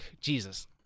Jesus